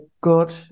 good